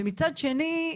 ומצד שני,